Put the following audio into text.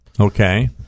okay